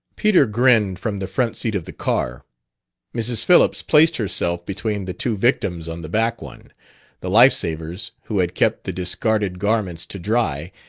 peter grinned from the front seat of the car mrs. phillips placed herself between the two victims on the back one the life-savers, who had kept the discarded garments to dry,